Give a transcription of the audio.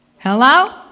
Hello